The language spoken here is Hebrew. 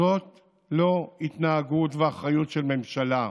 זאת לא התנהגות ואחריות של ממשלה.